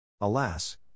Alas